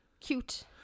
Cute